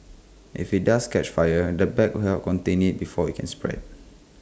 if IT does catch fire the bag will contain IT before IT can spread